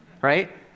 right